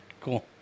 cool